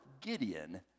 Gideon